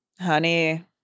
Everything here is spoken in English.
honey